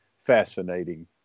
fascinating